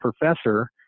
professor